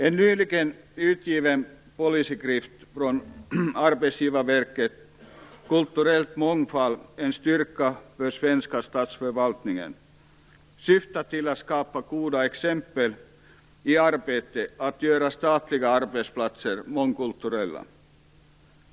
En nyligen utgiven policyskrift från Arbetsgivarverket, Kulturell mångfald. En styrka för svensk statsförvaltning, syftar till att skapa goda exempel i arbetet att göra statliga arbetsplatser mångkulturella.